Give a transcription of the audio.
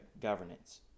governance